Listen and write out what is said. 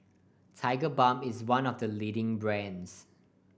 Tigerbalm is one of the leading brands